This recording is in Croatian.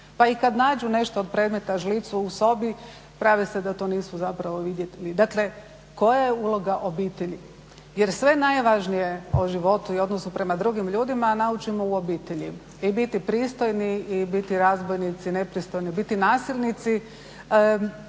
Pa i kada nađu nešto od predmeta, žlicu u sobi prave se da to nisu vidjeli. Dakle koja je uloga obitelji? Jer sve najvažnije o životu i odnosu prema drugim ljudima naučimo u obitelji i biti pristojni, i biti razbojnici, i biti nepristojni, biti nasilnici